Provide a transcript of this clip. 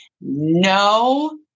No